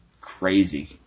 crazy